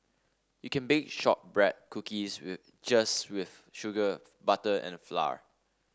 you can bake shortbread cookies just with sugar butter and flour